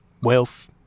Wealth